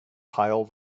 pile